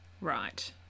Right